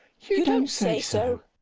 you don't say so!